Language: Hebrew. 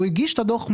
היא הגיש את הדוח מע"מ,